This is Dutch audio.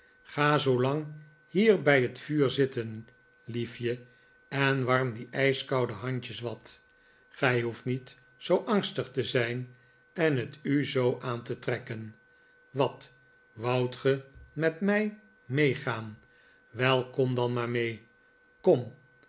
ga zoolang hier bij het vuur zitten liefje eh warm die ijskoude handjes wat gij hoeft niet zoo angstig te zijn en het u zoo aan te trekken wat woudt ge met mij meegaan wei kom dan maar mee kom